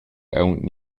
aunc